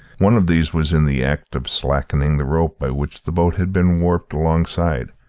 one of these was in the act of slackening the rope by which the boat had been warped alongside,